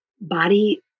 body